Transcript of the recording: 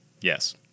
Yes